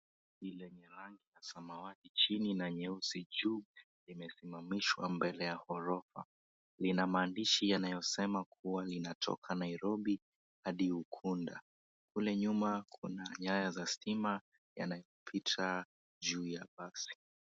Hii lenye rangi ya samawati chini na nyeusi juu, imesimamishwa mbele ya ghorofa. Lina maandishi yanayosema kuwa linatoka Nairobi hadi Ukunda. Kule nyuma kuna nyaya za stima yanayopita juu ya basi.